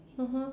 (uh huh)